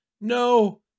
no